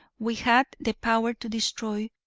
we had the power to destroy,